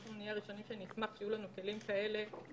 אנחנו נהיה הראשונים שנשמח שיהיו לנו כלים טובים